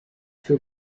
für